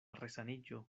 resaniĝo